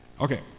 Okay